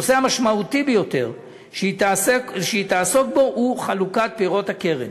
הנושא המשמעותי ביותר שהיא תעסוק בו הוא חלוקת פירות הקרן.